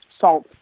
Salt